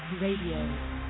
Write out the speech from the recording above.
Radio